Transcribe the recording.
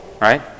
right